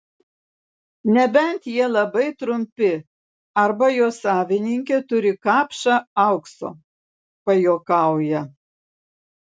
nebent jie labai trumpi arba jo savininkė turi kapšą aukso pajuokauja